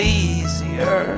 easier